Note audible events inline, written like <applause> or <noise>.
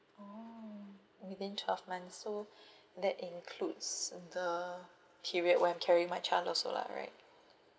oh within twelve months so <breath> that includes the period when I'm carrying my child also lah right